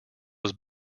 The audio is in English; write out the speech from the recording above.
was